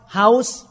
house